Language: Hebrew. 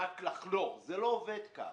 זה לא עובד כך.